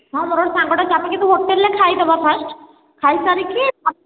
ହଁ ମୋର ଗୋଟେ ସାଙ୍ଗଟେ ଅଛି କିନ୍ତୁ ହୋଟେଲ୍ରେ ଆମେ ଖାଇଦେବା ଫାଷ୍ଟ୍ ଖାଇସାରିକି